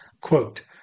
Quote